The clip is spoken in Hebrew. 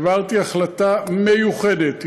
העברתי החלטה מיוחדת,